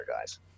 guys